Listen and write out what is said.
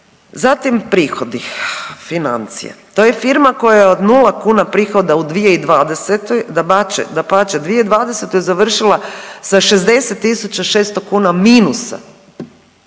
Zatim prihodi, financije, to je firma koja je od nula kuna prihoda u 2020. dapače 2020. završila sa 60.600 kuna minusa,